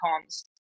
cons